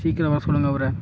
சீக்கிரம் வர சொல்லுங்கள் அவரை